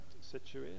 situation